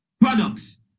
products